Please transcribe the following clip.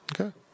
Okay